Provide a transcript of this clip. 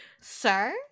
sir